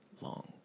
long